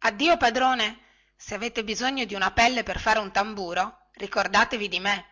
compratore addio padrone se avete bisogno di una pelle per fare un tamburo ricordatevi di me